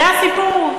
זה הסיפור?